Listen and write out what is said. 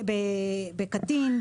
בקטין,